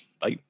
Bye